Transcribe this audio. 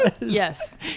yes